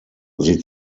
sie